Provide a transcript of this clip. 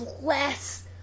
Bless